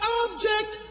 object